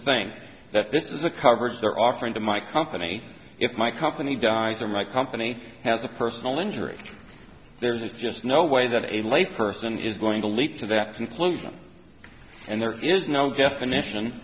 think that this is the coverage they're offering to my company if my company dies or my company has a personal injury there isn't just no way that a lay person is going to leap to that conclusion and there is no definition